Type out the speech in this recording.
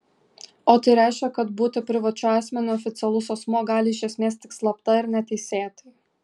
o tai reiškia kad būti privačiu asmeniu oficialus asmuo gali iš esmės tik slapta ir neteisėtai